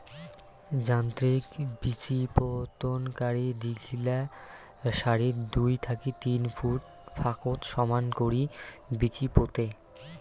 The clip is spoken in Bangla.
যান্ত্রিক বিচিপোতনকারী দীঘলা সারিত দুই থাকি তিন ফুট ফাকত সমান করি বিচি পোতে